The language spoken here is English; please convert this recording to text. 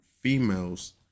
females